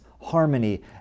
harmony